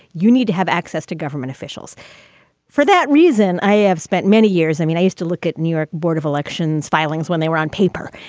you need to have access to government officials for that reason. i have spent many years i mean, i used to look at new york board of elections filings when they were on paper.